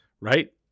right